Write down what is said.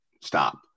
stop